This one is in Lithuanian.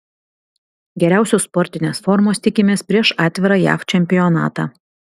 geriausios sportinės formos tikimės prieš atvirą jav čempionatą